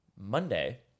Monday